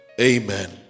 Amen